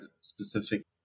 specific